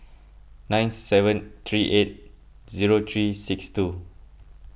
nine seven three eight zero three six two